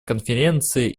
конференция